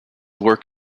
work